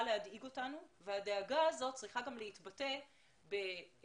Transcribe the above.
להדאיג אותנו והדאגה הזאת צריכה גם להתבטא בתעדוף